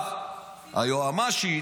היועמ"שית,